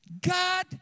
God